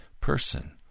person